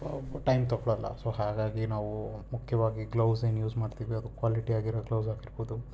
time ತಗೊಳಲ್ಲ so ಹಾಗಾಗಿ ನಾವು ಮುಖ್ಯವಾಗಿ ಗ್ಲೌಸ್ ಏನು ಯೂಸ್ ಮಾಡ್ತೀವಿ ಅದು ಕ್ವಾಲಿಟಿ ಆಗಿರೋ ಗ್ಲೌಸ್ ಆಗಿರ್ಬೋದು